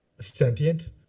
sentient